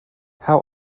how